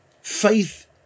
Faith